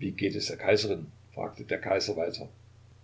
wie geht es der kaiserin fragte der kaiser weiter